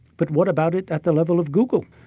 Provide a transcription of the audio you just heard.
but what about it at the level of google?